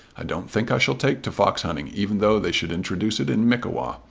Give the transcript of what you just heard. i don't think i shall take to fox hunting even though they should introduce it in mickewa.